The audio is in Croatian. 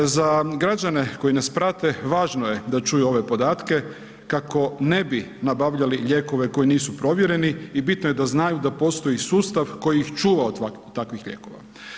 Za građane koji nas prave važno je da čuju ove podatke kako ne bi nabavljali lijekove koji nisu provjereni i bitno je da znaju da postoji sustav koji ih čuva od takvih lijekova.